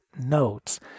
notes